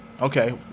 Okay